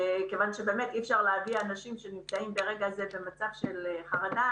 כיוון שאי אפשר להביא אנשים שנמצאים ברגע זה במצב חרדה